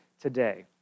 today